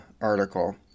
article